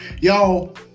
Y'all